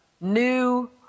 new